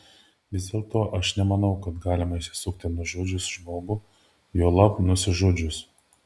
vis dėlto aš nemanau kad galima išsisukti nužudžius žmogų juolab nusižudžius